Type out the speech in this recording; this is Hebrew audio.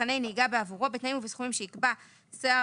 ומבחני נהיגה בעבורו בתנאים ובסכומים שיקבע שר